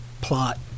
plot